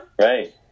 Right